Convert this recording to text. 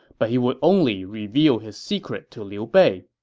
but he would only reveal his secret to liu bei.